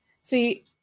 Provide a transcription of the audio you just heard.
See